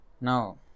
Now